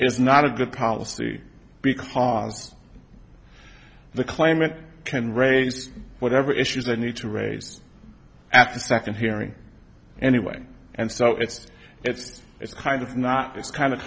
is not a good policy because the claimant can raise whatever issues they need to raise after the second hearing anyway and so it's it's it's kind of not